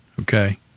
okay